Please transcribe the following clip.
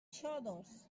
xodos